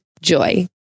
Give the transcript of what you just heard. Joy